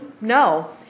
No